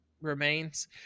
remains